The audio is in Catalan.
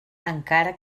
encara